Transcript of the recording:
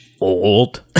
old